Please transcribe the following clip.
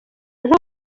nko